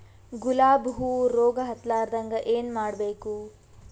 ಗುಲಾಬ್ ಹೂವು ರೋಗ ಹತ್ತಲಾರದಂಗ ಏನು ಮಾಡಬೇಕು?